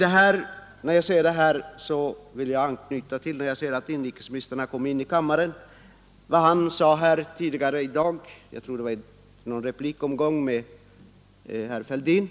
Eftersom jag ser att inrikesministern nu har kommit in i kammaren vill jag också anknyta till vad han sade tidigare i dag, jag tror att det var i en replik till herr Fälldin.